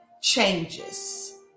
changes